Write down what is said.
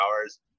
hours